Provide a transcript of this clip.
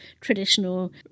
traditional